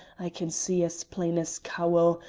i can see as plain as cowal,